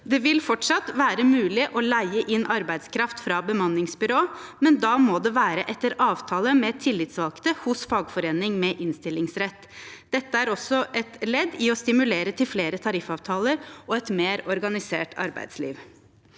«Det vil fortsatt være mulig å leie inn arbeidskraft fra bemanningsbyrå, men da må det være etter avtale med tillitsvalgte hos fagforening med innstillingsrett. Dette er også et ledd i å stimulere til flere tariffavtaler og et mer organisert arbeidsliv.»